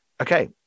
okay